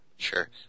Sure